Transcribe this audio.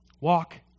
Walk